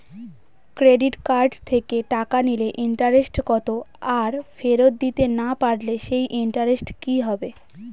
Credit card থেকে টাকা নিলে ইন্টারেস্ট কত আর ফেরত দিতে না পারলে সেই ইন্টারেস্ট কি হবে?